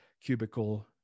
cubicle